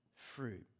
fruit